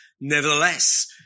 nevertheless